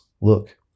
Look